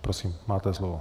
Prosím, máte slovo.